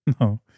No